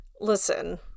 Listen